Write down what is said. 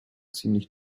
ziemlich